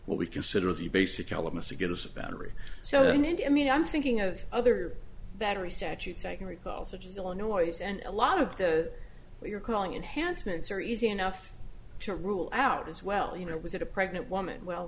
what we consider the basic elements to get a battery so the need i mean i'm thinking of other battery statutes i can recall such as illinois and a lot of the what you're calling enhanced mates are easy enough to rule out as well you know was it a pregnant woman well